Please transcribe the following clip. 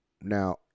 Now